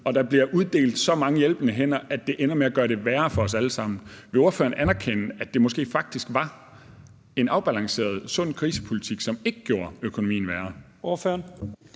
og ved at give så mange hjælpende hænder, var man faktisk i gang med at gøre det værre for os alle sammen. Vil ordføreren anerkende, at det måske faktisk var en afbalanceret, sund krisepolitik, som ikke gjorde økonomien være?